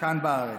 כאן בארץ.